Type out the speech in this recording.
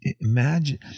imagine